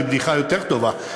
זה בדיחה יותר טובה,